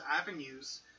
avenues